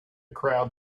crowd